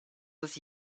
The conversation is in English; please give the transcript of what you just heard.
his